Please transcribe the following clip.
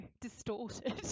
distorted